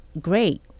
great